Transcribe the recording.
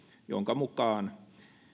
jonka mukaan